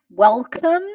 Welcome